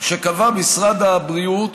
שקבע משרד הבריאות